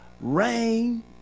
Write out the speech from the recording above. rain